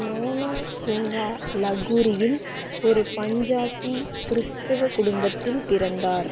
மோனா சிங்கா லகூரியில் ஒரு பஞ்சாபி கிறிஸ்துவ குடும்பத்தில் பிறந்தார்